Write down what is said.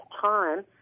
time